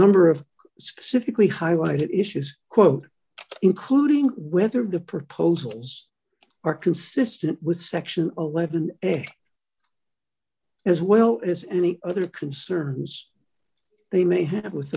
number of civically highlighted issues quote including with of the proposals are consistent with section eleven as well as any other concerns they may have with